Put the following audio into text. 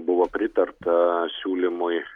buvo pritarta siūlymui